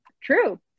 true